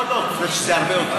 לא, לא, זה הרבה יותר.